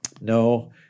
no